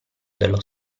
dello